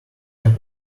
have